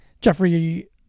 Jeffrey